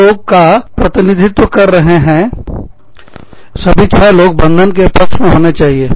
छह लोग का प्रतिनिधित्व कर रहे हैंसभी छह लोग बंधन के पक्ष में होने चाहिए